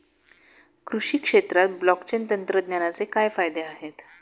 कृषी क्षेत्रात ब्लॉकचेन तंत्रज्ञानाचे काय फायदे आहेत?